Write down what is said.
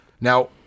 Now